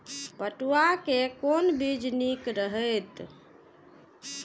पटुआ के कोन बीज निक रहैत?